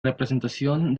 representación